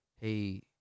hey